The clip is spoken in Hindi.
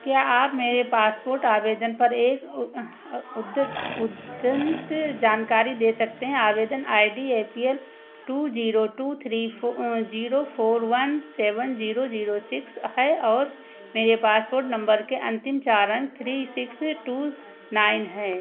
क्या आप मेरे पासपोर्ट आवेदन पर एक अद्यतन जानकारी दे सकते हैं आवेदन I I D A P L two zero two three four zero four one seven zero zero six है और मेरे पासपोर्ट नम्बर के अन्तिम चार अंक थ्री सिक्स टू नाइन हैं